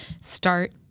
start